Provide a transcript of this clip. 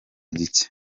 gike